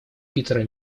питера